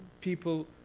people